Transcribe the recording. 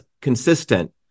consistent